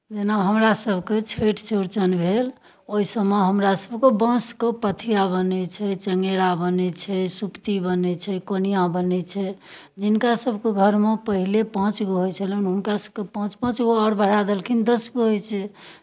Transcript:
जेना हमरासभके छठइ चौड़चन भेल ओहिसभमे हमरासभके बाँसके पथिआ बनै छै चङेरा बनै छै सुप्ती बनै छै कोनिआँ बनै छै जिनकासभके घरमे पहिले पाँचगो होइ छलनि हुनकासभके पाँच पाँचगो आओर बढ़ा देलखिन दस गो होइ छै